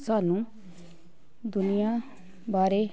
ਸਾਨੂੰ ਦੁਨੀਆਂ ਬਾਰੇ